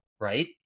right